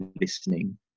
listening